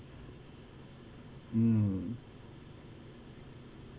mm